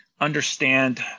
understand